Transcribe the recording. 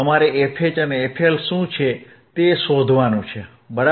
તમારે fH અને fL શું છે તે શોધવાનું છે બરાબર